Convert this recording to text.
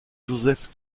joseph